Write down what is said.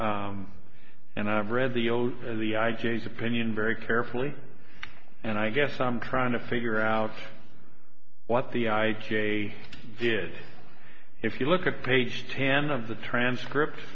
and i've read the old the i james opinion very carefully and i guess i'm trying to figure out what the i q a did if you look at page ten of the transcript